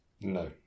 No